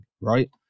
right